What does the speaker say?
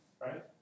right